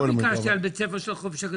לא ביקשתי על בית הספר של החופש הגדול.